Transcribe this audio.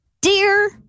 Dear